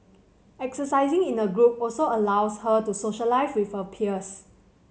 exercising in a group also allows her to socialise with her peers